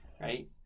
Right